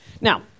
Now